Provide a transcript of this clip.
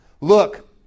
Look